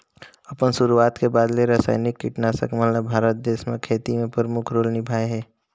अपन शुरुआत के बाद ले रसायनिक कीटनाशक मन ल भारत देश म खेती में प्रमुख रोल निभाए हे